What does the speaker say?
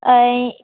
ऐं